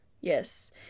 Yes